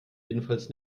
jedenfalls